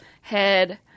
head